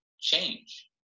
change